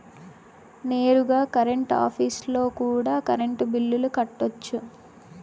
నేరుగా కరెంట్ ఆఫీస్లో కూడా కరెంటు బిల్లులు కట్టొచ్చు